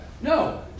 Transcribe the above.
No